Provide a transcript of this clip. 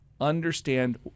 understand